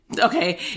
Okay